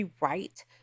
right